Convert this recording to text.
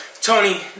Tony